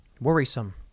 worrisome